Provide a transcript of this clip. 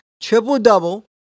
Triple-double